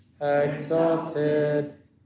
exalted